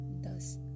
Thus